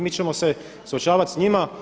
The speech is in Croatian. Mi ćemo se suočavati sa njima.